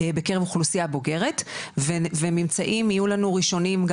בקרב אוכלוסייה בוגרת וממצאים יהיו לנו ראשונים,